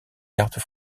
cartes